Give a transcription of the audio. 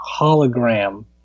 hologram